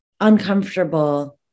uncomfortable